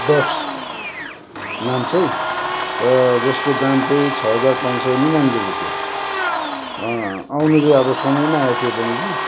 boats नाम चाहिँ र जसको दाम चाहिँ छ हजार पाँच सौ निनानब्बे रुपियाँ आउनु चाहिँ समयमा आयो त्यो पनि कि